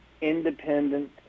independent